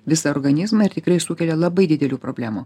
visą organizmą ir tikrai sukelia labai didelių problemų